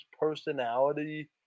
personality